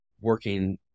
working